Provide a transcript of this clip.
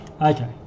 Okay